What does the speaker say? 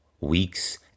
weeks